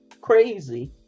crazy